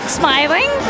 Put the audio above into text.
smiling